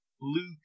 Luke